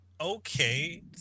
okay